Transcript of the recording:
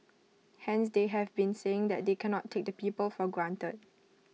hence they have been saying they cannot take the people for granted